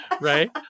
Right